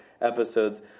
episodes